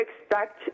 expect